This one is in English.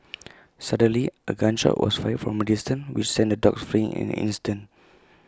suddenly A gun shot was fired from A distance which sent the dogs fleeing in an instant